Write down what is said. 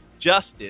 justice